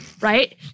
right